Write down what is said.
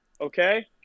okay